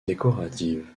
décorative